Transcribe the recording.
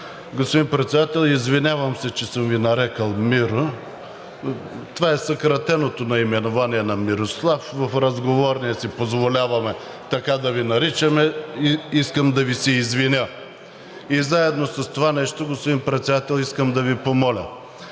Господин Председател, извинявам се, че съм Ви нарекъл Миро – това е съкратеното наименование на Мирослав, разговорно си позволяваме така да Ви наричаме. Искам да Ви се извиня. Заедно с това, господин Председател, искам да Ви помоля